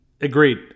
Agreed